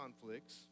conflicts